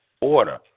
Order